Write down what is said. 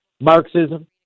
Marxism